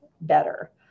better